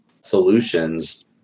solutions